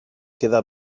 queda